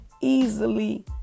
easily